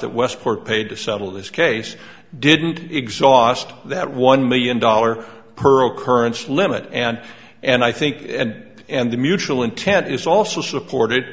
that westport paid to settle this case didn't exhaust that one million dollar per occurrence limit and and i think and and the mutual intent is also supported